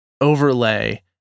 overlay